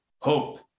hope